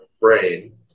brain